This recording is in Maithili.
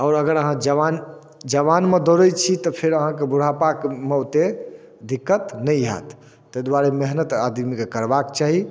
आओर अगर अहाँ जवान जवानमे दौड़ै छी तऽ फेर अहाँके बुढ़ापामे ओतेक दिक्कत नहि हैत ताहि दुआरे मेहनति आदमीके करबाक चाही